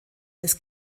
des